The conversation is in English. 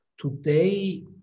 Today